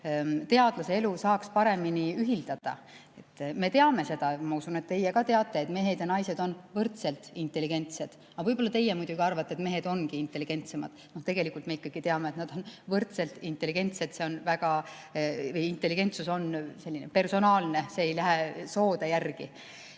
teadlase elu saaks paremini ühildada. Me teame seda, ma usun, et teie ka teate, et mehed ja naised on võrdselt intelligentsed. Aga võib-olla teie arvate, et mehed ongi intelligentsemad. Tegelikult me ikkagi teame, et nad on võrdselt intelligentsed, intelligentsus on personaalne, see ei lähe sugude järgi.